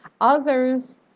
others